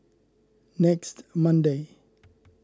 next Monday